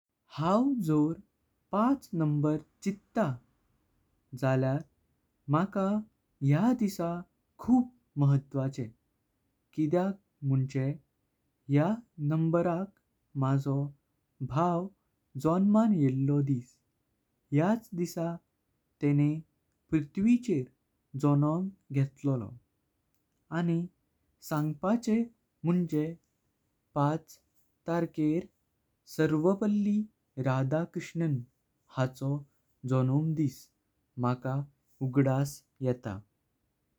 हांव जोर पाच नंबर चिट्टा झाल्यार माका ह्या दिसा खूप महत्वाचें किद्याक। मुञ्चे ह्या नंबराक माझो भाव जण्मन येलो दिस ह्याच दिसा ते॑नें पृथ्विचेर जण्म घेटालोलो। आणि सांगपाचे मुण्चें पाचतार्केर सर्वपल्ली राधाकृष्णन हाचो जणोम दिस माका उगदास येता।